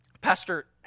Pastor